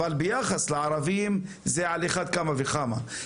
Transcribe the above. אבל ביחס לערבים זה על אחת כמה וכמה.